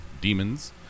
demons